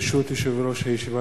ברשות יושב-ראש הישיבה,